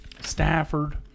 Stafford